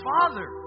Father